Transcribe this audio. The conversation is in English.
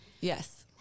yes